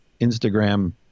Instagram